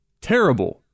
terrible